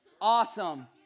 Awesome